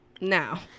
Now